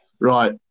right